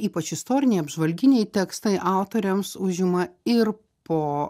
ypač istoriniai apžvalginiai tekstai autoriams užima ir po